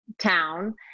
town